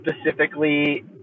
specifically